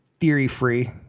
theory-free